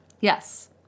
yes